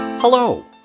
Hello